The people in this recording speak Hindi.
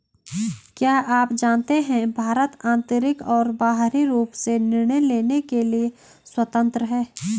क्या आप जानते है भारत आन्तरिक और बाहरी रूप से निर्णय लेने के लिए स्वतन्त्र है?